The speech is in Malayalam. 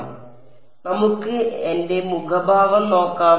അതിനാൽ നമുക്ക് എന്റെ മുഖഭാവം നോക്കാം